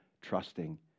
trusting